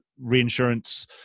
reinsurance